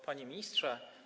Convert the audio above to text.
Panie Ministrze!